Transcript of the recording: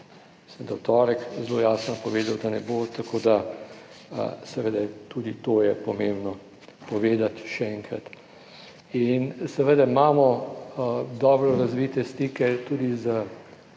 torek, zelo jasno povedal, da ne bo, tako da seveda tudi to je pomembno povedati še enkrat in seveda imamo dobro razvite stike tudi s